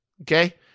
Okay